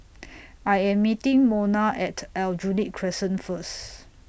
I Am meeting Mona At Aljunied Crescent First